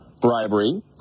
bribery